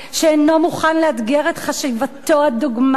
שאינו מוכן לאתגר את חשיבתו הדוגמטית